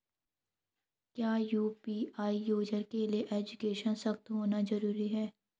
क्या UPI user के लिए एजुकेशनल सशक्त होना जरूरी है?